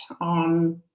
on